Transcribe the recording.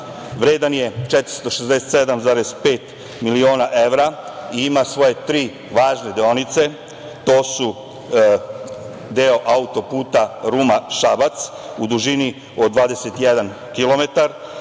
vredan je 467,5 miliona evra i ima svoje tri važne deonice. To su deo auto-puta Ruma-Šabac u dužini od 21 km,